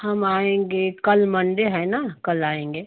हम आएँगे कल मंडे है ना कल आएँगे